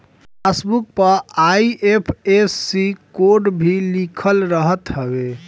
passbook पअ IFSC code भी लिखल रहत हवे